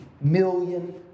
million